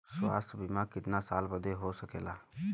स्वास्थ्य बीमा कितना साल बदे हो सकेला?